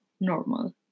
normal